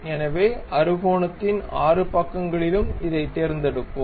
எனவே அறுகோணத்தின் 6 பக்கங்களிலும் இதைத் தேர்ந்தெடுப்போம்